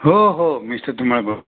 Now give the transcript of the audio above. हो हो मिस्टर धुमाळ बोल